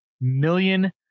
million